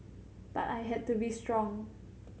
but I had to be strong